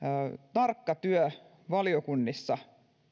tarkka työ valiokunnissa